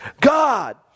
God